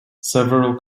several